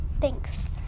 thanks